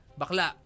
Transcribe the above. bakla